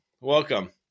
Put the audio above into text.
Welcome